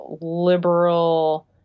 liberal